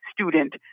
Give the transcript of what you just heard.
student